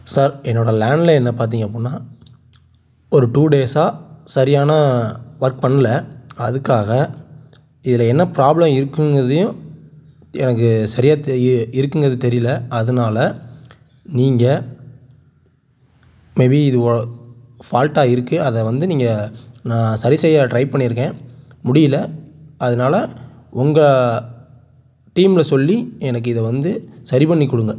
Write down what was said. sir என்னோடய land லைனில் பார்த்தீங்க அப்பிடின்னா ஒரு டூ டேஸாக சரியான ஒர்க் பண்ணல அதுக்காக இதில் என்ன ப்ராப்ளம் இருக்குங்கிறதையும் எனக்கு சரியாக தெ இ இருக்குங்கிறது தெரியல அதனால நீங்கள் மே பீ இது ஓ ஃபால்ட்டாக இருக்குது அதை வந்து நீங்கள் நான் சரி செய்ய ட்ரை பண்ணியிருக்கேன் முடியல அதனால உங்கள் டீமில் சொல்லி எனக்கு இதை வந்து சரி பண்ணி கொடுங்க